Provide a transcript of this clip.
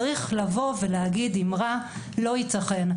צריך לבוא ולהגיד אימרה - לא ייתכן.